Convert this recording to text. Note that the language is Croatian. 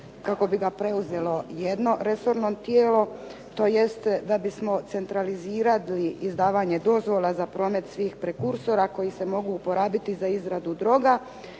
kako bi ga preuzelo jedno resorno tijelo, tj. da bismo centralizirali izdavanje dozvola za promet svih prekursora koji se mogu uporabiti za izradu droga.